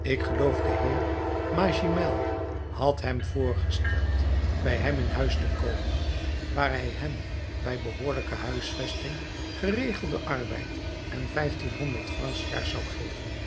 ik geloof de heer magimel had hem voorgesteld bij hem in huis te komen waar hij hem bij behoorlijke huisvesting geregelden arbeid en vijftienhonderd francs s jaars zou geven